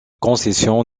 concession